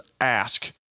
ask